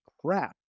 crap